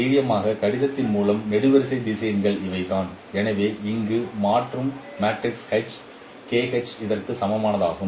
தைரியமான கடிதத்தின் மூலம் நெடுவரிசை திசையன்கள் இவைதான் எனவே இங்கு மாற்றும் மேட்ரிக்ஸ் H அதற்கு சமமானதாகும்